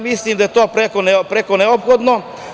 Mislim da je to preko neophodno.